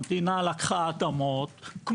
המדינה לקחה אדמות.